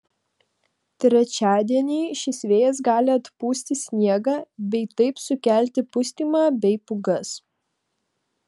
trečiadienį šis vėjas gali atpūsti sniegą bei taip sukelti pustymą bei pūgas